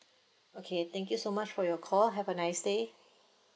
okay thank you so much for your call have a nice day